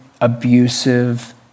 abusive